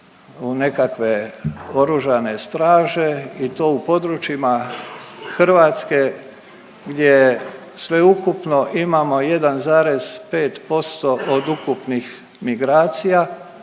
u nekakve oružan straže i to u područjima Hrvatske gdje sveukupno imamo 1,5% od ukupnih migracija.